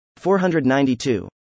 492